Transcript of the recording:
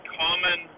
common